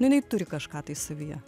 jinai turi kažką tai savyje